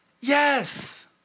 Yes